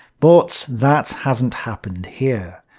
but that hasn't happened here.